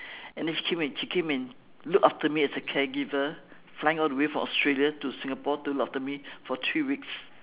and then she came and she came and look after me as a caregiver flying all the way from Australia to Singapore to look after me for three weeks